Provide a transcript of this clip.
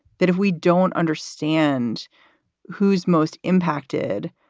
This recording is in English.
that if we don't understand who's most impacted,